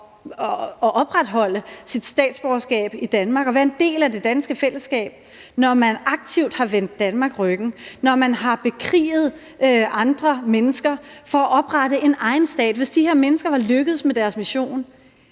og opretholde sit statsborgerskab i Danmark og være en del af det danske fællesskab, når man aktivt har vendt Danmark ryggen, når man har bekriget andre mennesker for at oprette en egen stat? Hvis de her mennesker var lykkedes med deres mission,